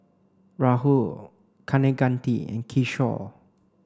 Rahul Kaneganti and Kishore